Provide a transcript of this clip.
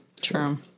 True